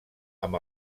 amb